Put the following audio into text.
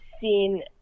seen